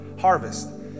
harvest